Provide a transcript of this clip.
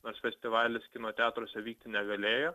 nors festivalis kino teatruose vykti negalėjo